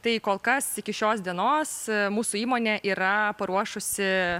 tai kol kas iki šios dienos mūsų įmonė yra paruošusi